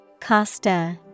Costa